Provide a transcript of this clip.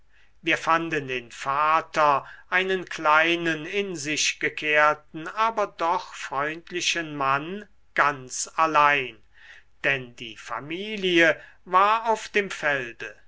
wir fanden den vater einen kleinen in sich gekehrten aber doch freundlichen mann ganz allein denn die familie war auf dem felde